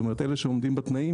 כלומר אלה שעומדים בתנאים,